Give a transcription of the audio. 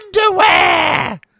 underwear